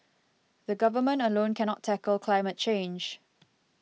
the Government alone cannot tackle climate change